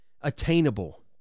attainable